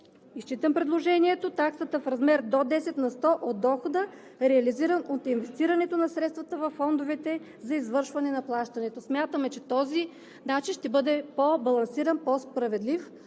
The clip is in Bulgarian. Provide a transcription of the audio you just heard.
изчитам предложението: „Таксата е в размер до 10% от дохода, реализиран от инвестирането на средства във фондовете за извършване на плащането.“ Смятам, че по този начин ще бъдат по-балансирани, по-справедливи